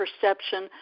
perception